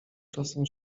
czasem